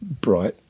bright